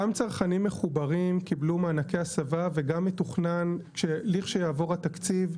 גם צרכנים מחוברים קיבלו מענקי הסבה וגם מתוכנן שלכשיעבור התקציב,